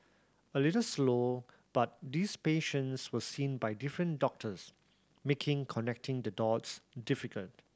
a little slow but these patients were seen by different doctors making connecting the dots difficult